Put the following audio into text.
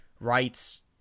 rights